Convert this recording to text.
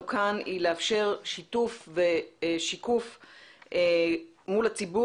כאן היא לאפשר שיתוף ושיקוף מול הציבור.